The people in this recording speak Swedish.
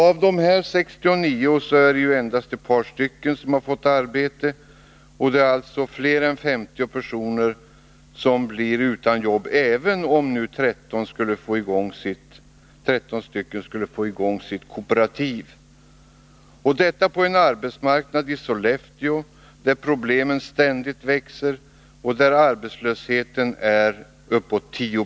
Av dessa 69 är det endast ett par personer som har fått arbete. Det är alltså fler än 50 personer som blir utan jobb, även om nu 13 sömmerskor skulle få i gång sitt kooperativ, detta på en arbetsmarknad i Sollefteå, där problemen ständigt växer och arbetslösheten är bortåt 10 20.